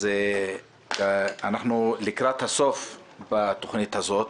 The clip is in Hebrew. אז אנחנו לקראת הסוף בתכנית הזאת.